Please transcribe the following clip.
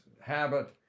habit